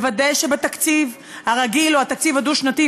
לוודא שבתקציב הרגיל או בתקציב הדו-שנתי,